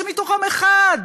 שמהם אחד